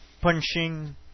punching